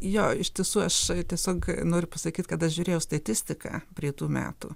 jo iš tiesų aš tiesiog noriu pasakyt kad aš žiūrėjau statistiką prie tų metų